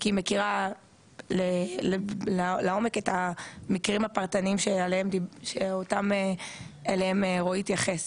כי היא מכירה לעומק את המקרים הפרטניים שאליהם רועי התייחס.